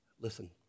Listen